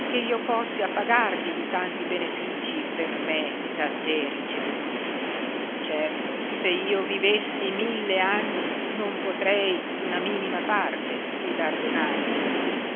che io possi appagarti di tanti benefici per me da te ricevuti certo se io vivessi mille anni non potrei d una minima parte guidardonarti